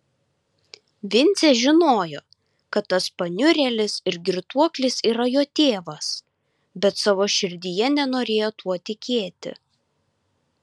vincė žinojo kad tas paniurėlis ir girtuoklis yra jo tėvas bet savo širdyje nenorėjo tuo tikėti